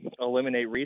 eliminate